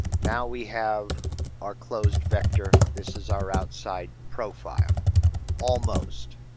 now we have our closed vector. this is our outside profile almost.